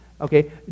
okay